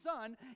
son